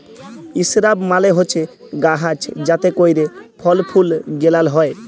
ইসরাব মালে হছে গাহাচ যাতে ক্যইরে ফল ফুল গেলাল হ্যয়